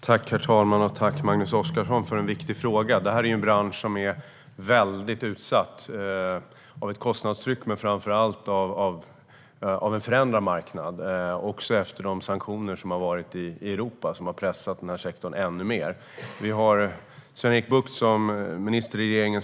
Herr talman! Tack, Magnus Oscarsson, för en viktig fråga! Det här är en bransch som är väldigt utsatt av ett kostnadstryck men framför allt på grund av en förändrad marknad, särskilt efter de sanktioner i Europa som har pressat den här sektorn ännu mer. Vi har Sven-Erik Bucht som minister i regeringen.